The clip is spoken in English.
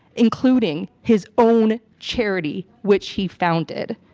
including his own charity which he founded.